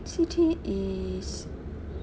C_T is